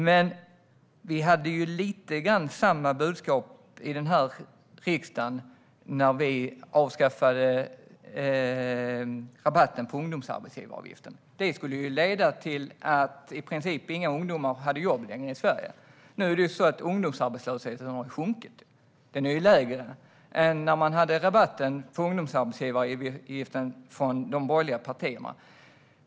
Budskapet var ju lite detsamma här i riksdagen när vi avskaffade rabatten på arbetsgivaravgiften för ungdomar: Det skulle leda till att i princip inga ungdomar hade jobb längre i Sverige. Men ungdomsarbetslösheten har sjunkit och är lägre än när man hade rabatten på arbetsgivaravgiften från de borgerliga partierna.